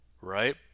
right